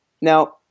Now